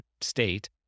state